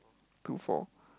two four